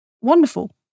Wonderful